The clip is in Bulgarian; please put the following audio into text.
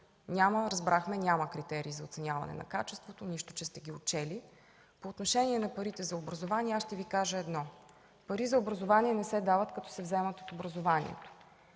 Разбрахме, няма критерии за оценяване на качеството, нищо че сте ги отчели. По отношение на парите за образование. Ще Ви кажа едно – пари за образование не се дават, като се вземат от образованието.